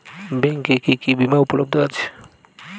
ব্যাংকে কি কি বিমা উপলব্ধ আছে?